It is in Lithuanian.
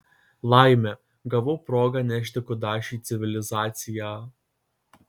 laimė gavau progą nešti kudašių į civilizaciją